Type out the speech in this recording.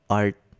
art